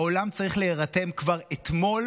העולם צריך להירתם כבר אתמול